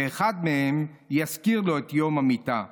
ואחד מהם יזכיר לו את יום המיתה.